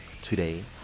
today